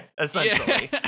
essentially